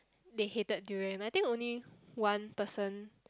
they hated durian I think only one person